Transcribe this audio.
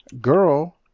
girl